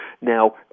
Now